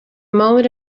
moment